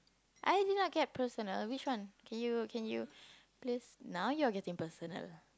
I did not get personal which one can you can you please now you're getting personal